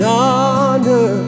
honor